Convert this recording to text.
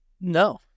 No